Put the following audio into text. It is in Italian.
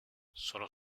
sono